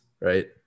right